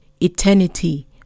Eternity